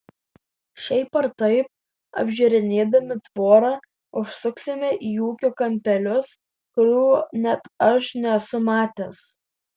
šiaip ar taip apžiūrinėdami tvorą užsuksime į ūkio kampelius kurių net aš nesu matęs